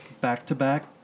back-to-back